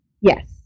Yes